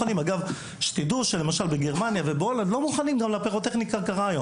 תדעו שבגרמניה ובהולנד לא מוכנים גם לפירוטכניקה קרה.